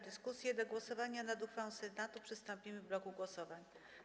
Do głosowania nad uchwałą Senatu przystąpimy w bloku głosowań.